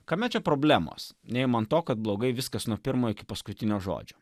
kame čia problemos nei man to kad blogai viskas nuo pirmo iki paskutinio žodžio